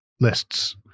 lists